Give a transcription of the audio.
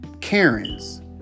Karens